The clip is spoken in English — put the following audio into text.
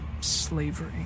slavery